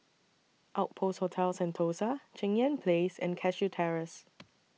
Outpost Hotel Sentosa Cheng Yan Place and Cashew Terrace